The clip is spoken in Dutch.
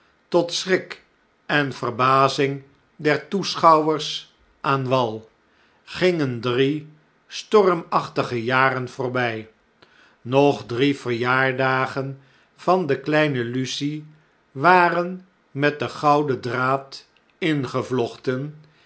tot schrik en verbazing der toeschouwers aan wal gingen drie stormachtige jaren voorbjj nog drie verjaardagen van de kleine lucie waren met den gouden draad ingevlochten